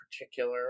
particular